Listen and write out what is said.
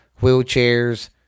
wheelchairs